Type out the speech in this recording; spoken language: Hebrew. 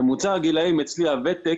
ממוצע הגילאים אצלי, הוותק